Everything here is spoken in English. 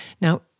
Now